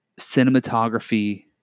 cinematography